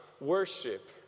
worship